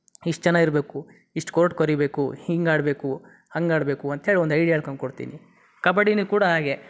ಇಷ್ಟು ಜನ ಇರಬೇಕು ಇಷ್ಟು ಕೋರ್ಟ್ ಕೋರೀಬೇಕು ಹಿಂಗೆ ಆಡಬೇಕು ಹಂಗೆ ಆಡಬೇಕು ಅಂತೇಳಿ ಒಂದು ಐಡಿಯಾ ಹೇಳ್ಕಂಡು ಕೊಡ್ತೀನಿ ಕಬಡ್ಡಿನೂ ಕೂಡ ಹಾಗೆ